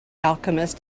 alchemist